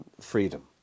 freedom